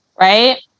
right